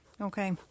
Okay